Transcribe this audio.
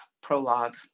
prologue